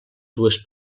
dues